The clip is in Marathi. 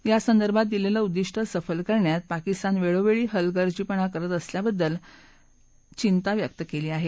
यासंदर्भात दिलेलं उद्दिष्ट सफल करण्यात पाकिस्तान वेळोवेळी हलगर्जीपणा करत असल्याबद्दल दलाने चिंता व्यक्त केली आहे